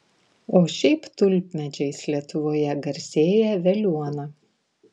o šiaip tulpmedžiais lietuvoje garsėja veliuona